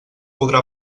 podrà